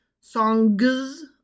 songs